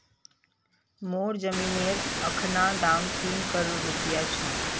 मोर जमीनेर अखना दाम तीन करोड़ रूपया छ